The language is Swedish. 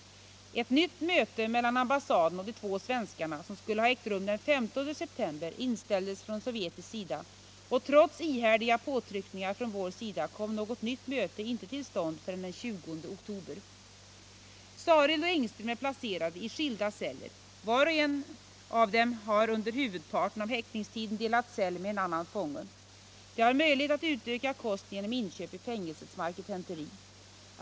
Ett nytt möte mellan ambassaden och de två svenskarna, som skulle ha ägt rum den 15 september, inställdes från sovjetisk sida, och trots ihärdiga påtryckningar från vår sida kom något nytt möte inte till stånd förrän den 20 oktober. Sareld och Engström är placerade i skilda celler. Var och en av dem har under huvudparten av häktningstiden delat cell med en annan fånge. De har möjlighet att utöka kosten genom inköp i fängelsets marketenteri.